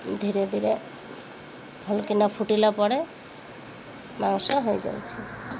ଧୀରେ ଧୀରେ ଭଲକିନା ଫୁଟିଲା ପରେ ମାଂସ ହୋଇଯାଉଛି